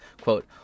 quote